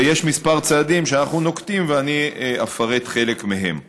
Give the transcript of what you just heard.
ויש כמה צעדים שאנחנו נוקטים, ואני אפרט חלק מהם.